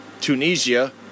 Tunisia